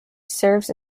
serves